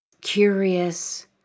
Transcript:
Curious